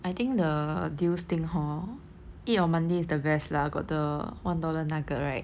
I think the deals thing hor eat on monday is the best lah got the one dollar nugget right